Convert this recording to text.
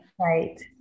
Right